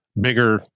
bigger